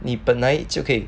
你本来就可以